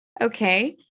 Okay